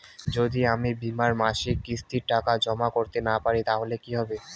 যদি আমি বীমার মাসিক কিস্তির টাকা জমা করতে না পারি তাহলে কি হবে?